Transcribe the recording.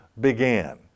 began